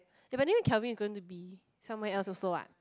the by the way Kelvin is going to be somewhere else also ah